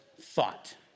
thought